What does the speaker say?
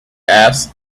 asked